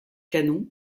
canons